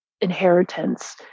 inheritance